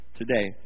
today